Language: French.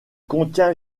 contient